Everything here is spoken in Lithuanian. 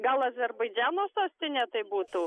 gal azerbaidžano sostinė tai būtų